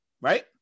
Right